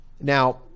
Now